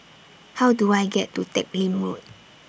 How Do I get to Teck Lim Road